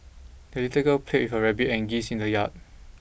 the little girl played with her rabbit and geese in the yard